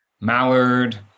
Mallard